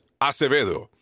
Acevedo